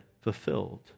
fulfilled